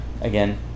Again